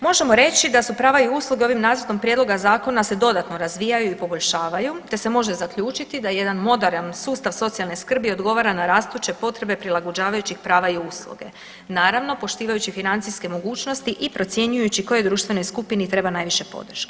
Možemo reći da su prava i usluge ovim nacrtom prijedloga zakona se dodatno razvijaju i poboljšavaju te se može zaključiti da jedan moderan sustav socijalne skrbi odgovara na rastuće potreba prilagođavajućih prava i usluge, naravno poštivajući financijske mogućnosti i procjenjujući kojoj društvenoj skupini treba najviše podrške.